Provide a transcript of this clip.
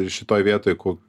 ir šitoj vietoj ku